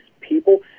people